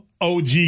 OG